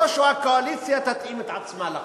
לא שהקואליציה תתאים את עצמה לחוק.